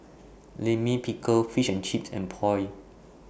Lime Pickle Fish and Chips and Pho